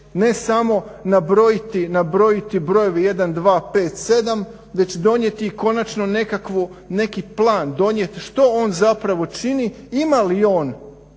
Ne samo nabrojiti brojeve 1,2,5,7, već donijeti konačno neki plan, donijet što on zapravo čini, ima li on